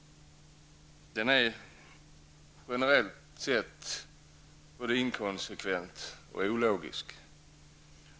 Generellt sett är alkoholpolitiken både inkonsekvent och ologisk.